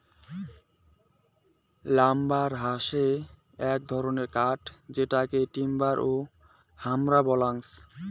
lumber হসে এক ধরণের কাঠ যেটোকে টিম্বার ও হামরা বলাঙ্গ